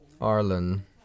Arlen